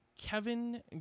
Kevin